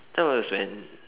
that was when